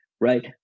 right